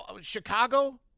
Chicago